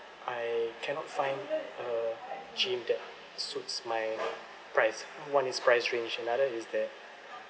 I cannot find a gym that suits my price one is price range another is that